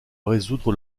résoudre